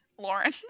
Lauren